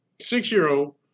Six-year-old